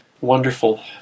wonderful